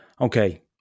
okay